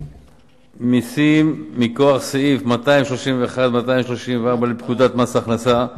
מסים, מכוח סעיפים 231 234 לפקודת מס הכנסה,